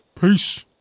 Peace